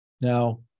Now